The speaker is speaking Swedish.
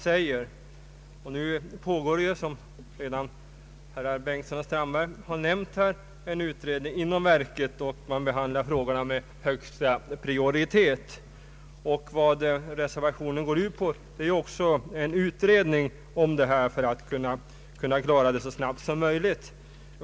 Såsom herrar Bengtson och Strandberg redan har nämnt pågår nu en utredning inom verket, och man behandlar frågorna med högsta prioritet. Reservationen går ju också ut på en utredning för att klara detta så snabbt som möjligt.